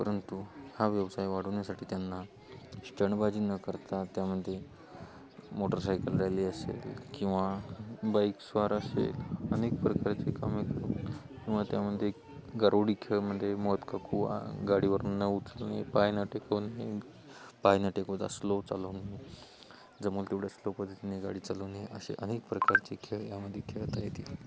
परंतु हा व्यवसाय वाढवण्यासाठी त्यांना श्टणबाजी न करता त्यामध्ये मोटरसायकल रॅली असेल किंवा बाईक स्वार असेल अनेक प्रकारचे कामे किंवा त्यामध्ये गरोडी खेळमध्ये मौत का कुआँ गाडीवरून न उतरणे पाय न टेकवणे पाय न टेकवता स्लो चालवणे जमेल तेवढ्या स्लो पद्धतीने गाडी चालवणे असे अनेक प्रकारचे खेळ यामध्ये खेळता येते